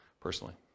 personally